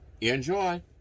Enjoy